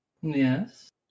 Yes